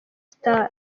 star